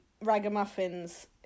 ragamuffins